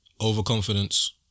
Overconfidence